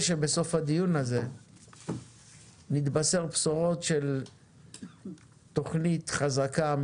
שבסוף הדיון הזה נתבשר בשורות על תכנית חדשה,